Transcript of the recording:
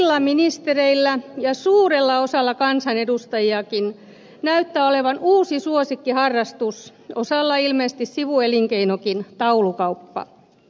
useilla ministereillä ja suurella osalla kansanedustajiakin näyttää olevan uusi suosikkiharrastus osalla ilmeisesti sivuelinkeinokin taulukauppa